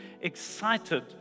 excited